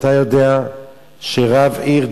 אתה יודע שרב עיר,